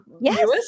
Yes